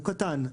הוא קטן.